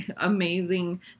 amazing